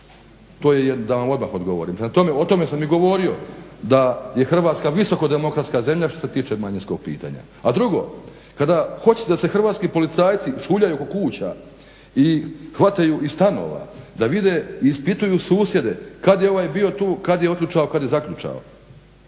To da vam odmah odgovorim. Prema tome o tome sam i govorio da je Hrvatska visoko demokratska zemlja što se tiče manjinskog pitanja. A dugo, kada hoćete da se hrvatski policajci šuljaju oko kuća i hvataju iz stanova da vide ispituju susjede kada je ovaj bio tu kada je otključao kada je zaključao.